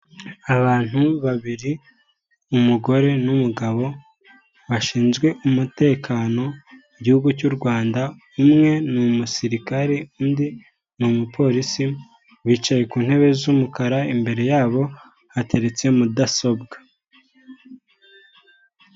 Abantu babiri umugore n'umugabo, bashinzwe umutekano mu igihugu cy'u Rwanda, umwe ni umusirikare undi ni umupolisi bicaye ku ntebe z'umukara, imbere yabo hateretse mudasobwa.